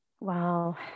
Wow